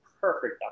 perfect